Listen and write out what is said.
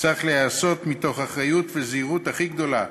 צריך להיעשות מתוך אחריות וזהירות הכי גדולה,